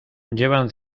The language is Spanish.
llevan